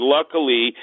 Luckily